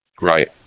right